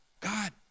God